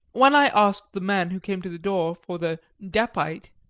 when i asked the man who came to the door for the depite,